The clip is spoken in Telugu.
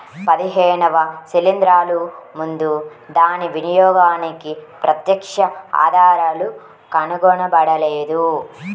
పదిహేనవ శిలీంద్రాలు ముందు దాని వినియోగానికి ప్రత్యక్ష ఆధారాలు కనుగొనబడలేదు